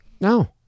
No